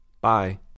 Bye